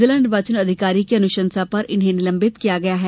जिला निर्वाचन अधिकारी की अनुशंसा पर इन्हें निलंबित किया गया है